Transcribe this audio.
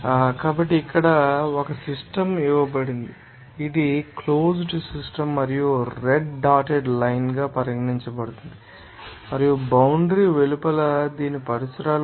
కాబట్టి ఇక్కడ ఇక్కడ ఒక సిస్టమ్ ఇవ్వబడింది ఇది క్లోజ్డ్ సిస్టమ్ మరియు ఇక్కడ రెడ్ డాటెడ్ లైన్ గా పరిగణించబడుతుంది మరియు బౌండ్రి వెలుపల దీనిని పరిసరాలు అంటారు